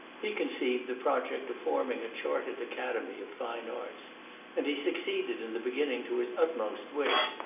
he conceived the project of forming a chartered academy of fine arts and he succeeded in the beginning to his utmost wish,